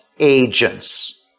Agents